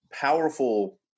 powerful